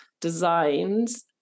designs